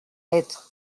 être